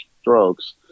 strokes